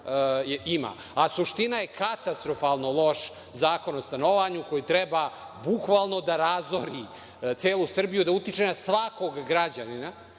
ima. A, suština je katastrofalno loš Zakon o stanovanju, koji treba bukvalno da razori celu Srbiju, da utiče na svakog građanina